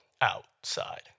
outside